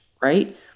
right